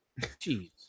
Jeez